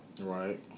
Right